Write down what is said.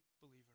believer